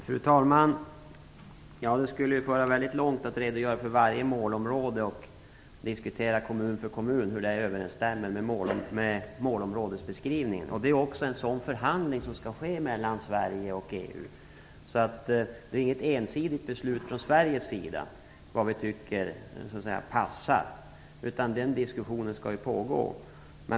Fru talman! Det skulle föra mycket långt att redogöra för varje målområde och att kommun för kommun diskutera hur detta överensstämmer med målområdesbeskrivningen. Om detta skall det också förhandlas mellan Sverige och EU. Det är alltså inte fråga om något ensidigt beslut från Sveriges sida om vad vi tycker passar, utan det skall föras en diskussion om detta.